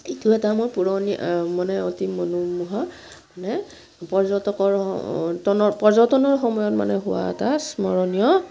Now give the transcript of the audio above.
এইটো এটা মোৰ পুৰণি মানে অতি মনোমোহা মানে পৰ্যটকৰ পৰ্যটনৰ সময়ত মানে হোৱা এটা স্মৰণীয়